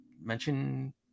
mention